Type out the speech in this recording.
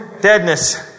Deadness